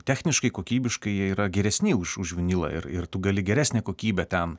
techniškai kokybiškai jie yra geresni už už vinilą ir ir tu gali geresnę kokybę ten